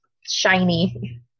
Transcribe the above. shiny